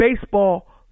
Baseball